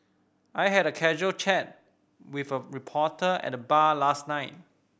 I had a casual chat with a reporter at the bar last night